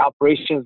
operations